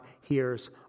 hears